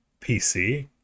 PC